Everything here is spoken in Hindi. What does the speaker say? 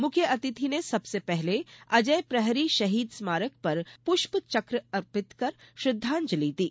मुख्य अतिथि ने सबसे पहले अजेय प्रहरी शहीद स्मारक पर पुष्प चक्र अर्पित कर श्रद्दांजलि दी